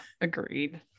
agreed